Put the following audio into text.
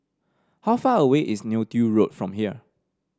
how far away is Neo Tiew Road from here